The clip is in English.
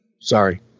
Sorry